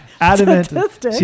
adamant